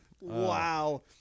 Wow